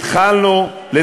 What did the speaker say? אתה רואה, נשארתי להבין.